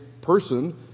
person